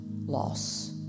loss